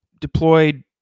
deployed